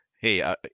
hey